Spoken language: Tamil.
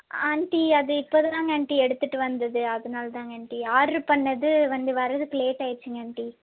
ஆண்ட்டி அது இப்போதாங்க ஆண்ட்டி எடுத்துகிட்டு வந்தது அதனால்தாங்க ஆண்ட்டி ஆர்ட்ரு பண்ணது வந்து வர்கிறதுக்கு லேட் ஆகிடுச்சிங்க ஆண்ட்டி